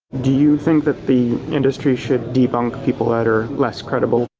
do you think that the industry should debunk people that are less credible?